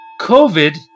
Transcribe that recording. COVID